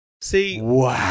See